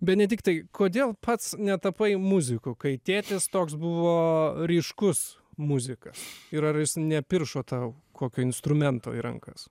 benediktai kodėl pats netapai muziku kai tėtis toks buvo ryškus muzikas ir ar jis nepiršo tau kokio instrumento į rankas